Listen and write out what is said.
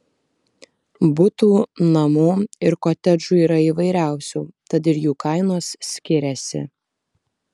butų namų ir kotedžų yra įvairiausių tad ir jų kainos skiriasi